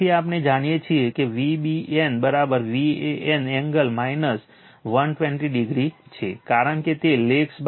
તેથી આપણે જાણીએ છીએ કે VBN Van એંગલ 120o છે કારણ કે તે લેગ્સ120o છે